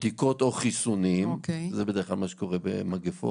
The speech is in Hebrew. בדיקות או חיסונים, זה בדרך כלל מה שקורה במגפות,